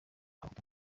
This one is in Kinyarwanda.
abahutu